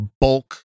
bulk